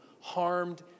harmed